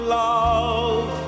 love